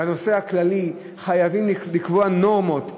בנושא הכללי, חייבים לקבוע נורמות.